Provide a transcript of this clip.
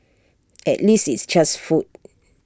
at least it's just food